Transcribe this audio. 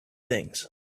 things